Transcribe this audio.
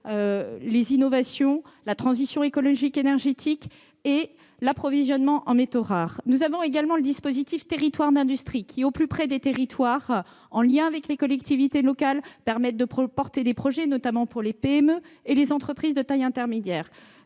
les innovations, la transition écologique énergétique et l'approvisionnement en métaux rares. Le dispositif Territoires d'industrie, qui est au plus près des territoires, en lien avec les collectivités locales, permet de défendre des projets, notamment pour les PME et les entreprises de taille intermédiaire.